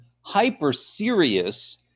hyper-serious